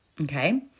okay